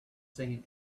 seen